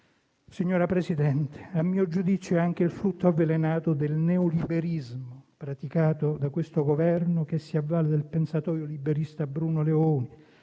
Signora Presidente, a mio giudizio questo è anche il frutto avvelenato del neoliberismo praticato da questo Governo che si avvale del pensatoio liberista Bruno Leoni,